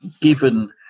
given